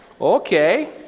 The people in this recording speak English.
Okay